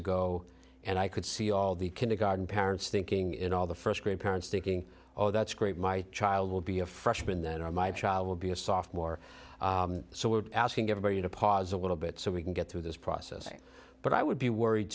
ago and i could see all the kindergarten parents thinking in all the first grade parents thinking oh that's great my child will be a freshman then are my child will be a sophomore so we're asking everybody to pause a little bit so we can get through this process but i would be worried